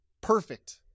Perfect